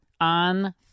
on